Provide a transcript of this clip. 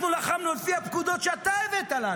אנחנו לחמנו לפי הפקודות שאתה הבאת לנו.